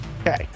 Okay